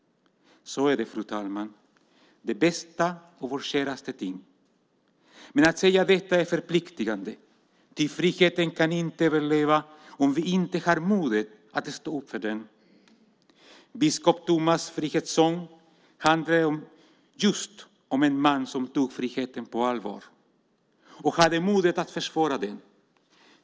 Så är det, fru talman, det bästa och vårt käraste ting. Men att säga detta är förpliktande, ty friheten kan inte överleva om vi inte har modet att stå upp för den. Biskop Thomas frihetssång handlade just om en man som tog friheten på allvar och hade modet att försvara den.